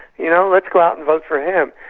you know, let's go out and vote for him.